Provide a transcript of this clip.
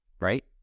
right